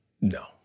no